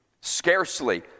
Scarcely